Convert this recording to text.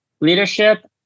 leadership